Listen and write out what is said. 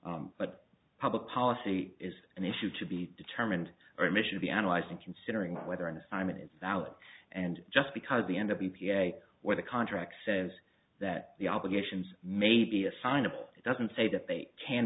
but public policy is an issue to be determined or mission be analyzing considering whether an assignment is valid and just because the end of an p a where the contract says that the obligations may be assignable it doesn't say that they can